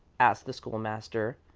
asked the school-master.